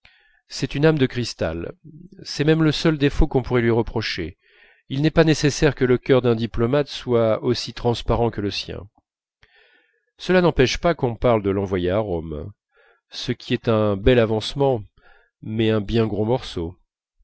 c'est une âme de cristal c'est même le seul défaut qu'on pourrait lui reprocher il n'est pas nécessaire que le cœur d'un diplomate soit aussi transparent que le sien cela n'empêche pas qu'on parle de l'envoyer à rome ce qui est un bel avancement mais un bien gros morceau